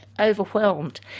overwhelmed